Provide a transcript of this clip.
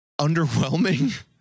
underwhelming